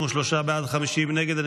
33 בעד, 50 נגד.